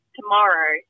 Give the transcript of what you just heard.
tomorrow